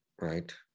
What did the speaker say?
Right